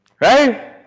Right